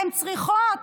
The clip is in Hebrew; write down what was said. הן צריכות